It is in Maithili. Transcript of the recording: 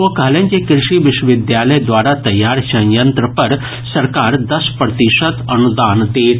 ओ कहलनि जे कृषि विश्वविद्यालय द्वारा तैयार सयंत्र पर सरकार दस प्रतिशत अनुदान देत